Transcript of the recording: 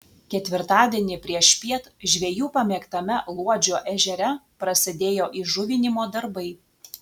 ketvirtadienį priešpiet žvejų pamėgtame luodžio ežere prasidėjo įžuvinimo darbai